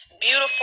beautiful